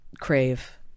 crave